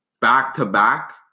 back-to-back